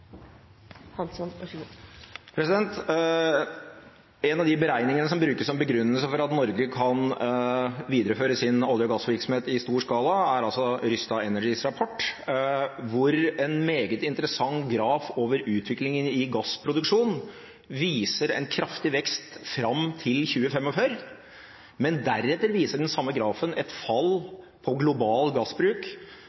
En av de beregningene som brukes som begrunnelse for at Norge kan videreføre sin olje- og gassvirksomhet i stor skala, er Rystad Energys rapport, hvor en meget interessant graf over utviklingen i gassproduksjon viser en kraftig vekst fram til 2045, men deretter viser den samme grafen et fall